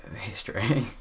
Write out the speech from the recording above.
history